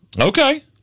Okay